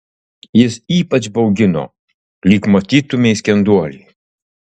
jis ypač baugino lyg matytumei skenduolį